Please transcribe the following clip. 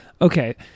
Okay